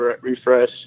refresh